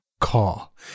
call